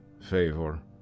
favor